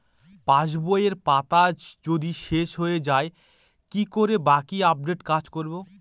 পাসবইয়ের পাতা যদি শেষ হয়ে য়ায় কি করে বাকী আপডেটের কাজ করব?